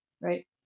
Right